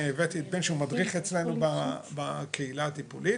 שהוא מדריך אצלנו בקהילה הטיפולית.